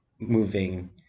moving